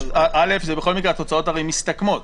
בכל מקרה התוצאות הרי מסתכמות,